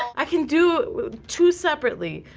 i can do two separately,